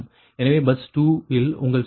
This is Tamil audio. எனவே பஸ் 2 இல் உங்கள் சுமை இல்லை